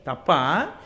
Tapa